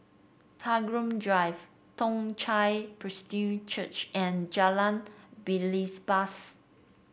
Tagore Drive Toong Chai Presbyterian Church and Jalan Belibas